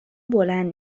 بلند